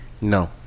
No